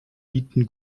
bieten